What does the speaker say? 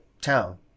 town